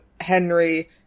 Henry